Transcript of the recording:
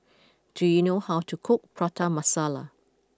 do you know how to cook Prata Masala